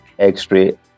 x-ray